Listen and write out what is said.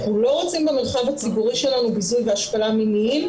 אנחנו לא רוצים במרחב הציבורי שלנו ביזוי והשפלה מיניים,